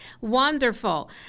Wonderful